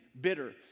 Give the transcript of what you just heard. bitter